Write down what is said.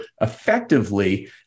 effectively